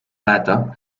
data